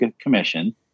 commission